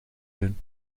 doen